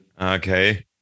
Okay